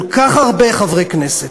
כל כך הרבה חברי כנסת,